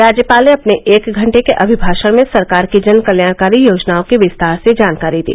राज्यपाल ने अपने एक घंटे के अभिमाषण में सरकार की जन कल्याणकारी योजनाओं की विस्तार से जानकारी दी